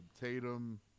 Tatum